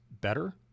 better